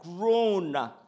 grown